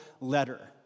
letter